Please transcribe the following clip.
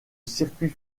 circuit